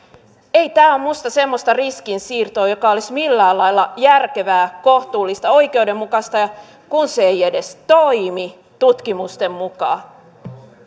ei tämä ole minusta semmoista riskinsiirtoa joka olisi millään lailla järkevää kohtuullista oikeudenmukaista ja kun se ei edes toimi tutkimusten mukaan